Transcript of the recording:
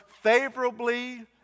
favorably